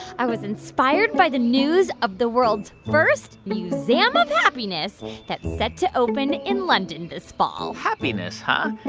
i was inspired by the news of the world's first museum of happiness that's set to open in london this fall happiness, huh?